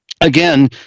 again